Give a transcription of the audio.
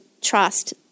trust